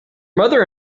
mother